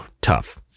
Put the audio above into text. Tough